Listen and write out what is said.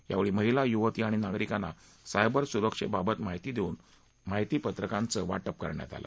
यावेळी महिला युवती आणि नागरिकांना सायबर सुरक्षेबाबत माहिती देऊन माहितीपत्रकांचं वाटप करण्यात आलं